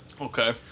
Okay